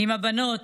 עם הבנות,